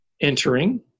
entering